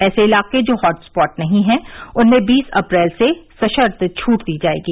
ऐसे इलाके जो हॉट स्पॉट नहीं हैं उनमें बीस अप्रैल से सशर्त छूट दी जाएगी